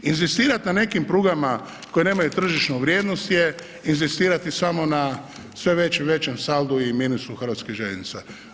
Inzistirat na nekim prugama koje nemaju tržišnu vrijednost je inzistirati na sve većem i većem saldu i minusu hrvatskih željeznica.